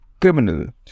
criminal